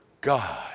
God